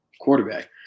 quarterback